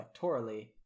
electorally